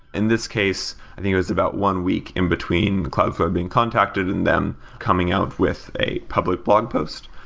in this case, i think it was about one week in between cloudflare being contacted and them coming out with a public blog post.